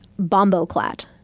bomboclat